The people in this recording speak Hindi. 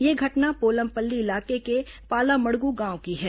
ये घटना पोलमपल्ली इलाके को पालामड़गू गांव की है